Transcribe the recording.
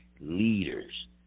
leaders